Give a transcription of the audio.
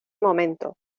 momento